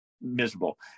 miserable